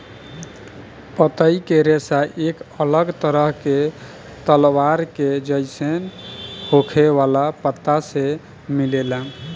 पतई के रेशा एक अलग तरह के तलवार के जइसन होखे वाला पत्ता से मिलेला